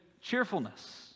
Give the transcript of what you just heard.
cheerfulness